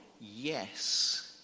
yes